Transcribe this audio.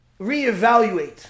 reevaluate